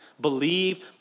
Believe